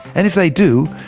and if they do,